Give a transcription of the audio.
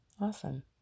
Awesome